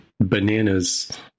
bananas